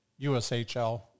USHL